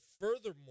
Furthermore